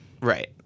Right